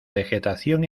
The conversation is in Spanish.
vegetación